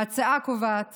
ההצעה קובעת